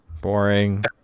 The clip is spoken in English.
boring